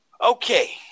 Okay